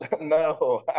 No